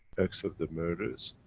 except the murders,